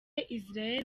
israel